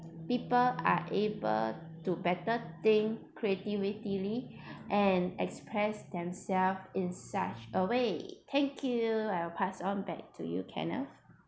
people are able to better think creatively and express themselves in such a way thank you I'll pass on back to you kenneth